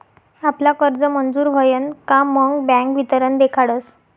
आपला कर्ज मंजूर व्हयन का मग बँक वितरण देखाडस